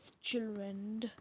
children